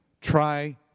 try